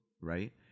right